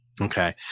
Okay